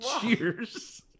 Cheers